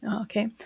okay